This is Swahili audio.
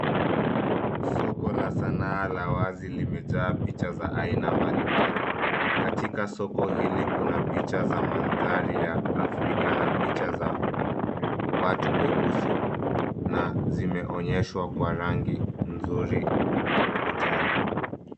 Soko la sanaa la wazi limejaa picha za aina mbalimbali. Katika soko hili kuna picha za mandhari ya Afrika na picha za watu weusi, na zimeonyeshwa kwa rangi nzuri ukutani.